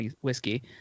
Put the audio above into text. whiskey